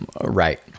right